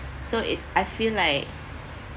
so it I feel like